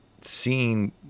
seeing